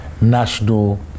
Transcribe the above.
national